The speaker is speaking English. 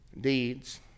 deeds